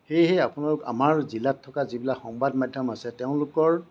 সেয়েহে আপোনালোক আমাৰ জিলাত থকা যিবিলাক সংবাদ মাধ্যম আছে তেওঁলোকৰ